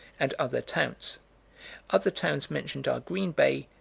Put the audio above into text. and other towns other towns mentioned are green bay,